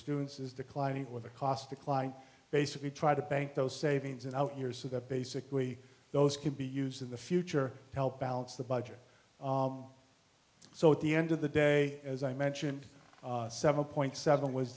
students is declining or the cost decline basically try to bank those savings in out years so that basically those can be used in the future help balance the budget so at the end of the day as i mentioned seven point seven was